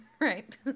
right